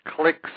clicks